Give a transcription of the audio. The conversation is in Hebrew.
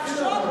המורד.